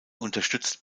unterstützt